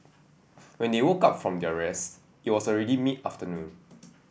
when they woke up from their rest it was already mid afternoon